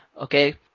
Okay